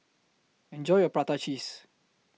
Enjoy your Prata Cheese